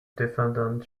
defendant